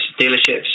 dealerships